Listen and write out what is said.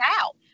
out